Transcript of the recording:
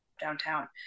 downtown